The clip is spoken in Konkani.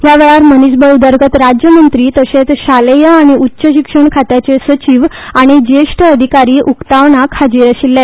ह्या वेळार मनिसबळ उदरगत राज्य मंत्री तशेच शालेय आनी उच्च शिक्षण खात्याचे सचिव आनी ज्येष्ठ अधिकारी उक्तावणाक आशिल्ले